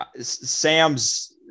Sam's